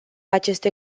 aceste